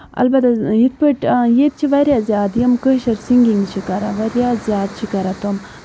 اَلبتہ یِتھ پٲٹھۍ ییٚتہِ چھِ واریاہ زیادٕ یِم کٲشِر سِنگِنگ چھِ کران واریاہ زیادٕ چھِ کران تِم